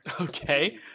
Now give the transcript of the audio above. Okay